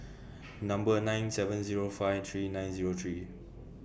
Number nine seven Zero five three nine Zero three